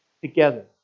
Together